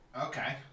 Okay